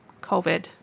COVID